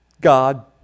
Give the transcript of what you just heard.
God